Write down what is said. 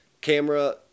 Camera